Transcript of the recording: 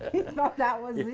thought that was it.